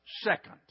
second